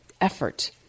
effort